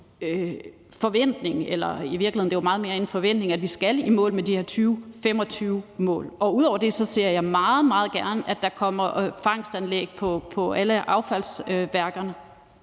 forventning – eller i virkeligheden er det meget mere end en forventning – at vi skal i mål med de her 2025-mål. Og ud over det ser jeg meget, meget gerne, at der kommer fangstanlæg på alle affaldsværkerne.